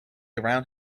around